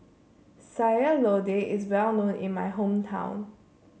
Sayur Lodeh is well known in my hometown